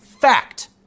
fact